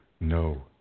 No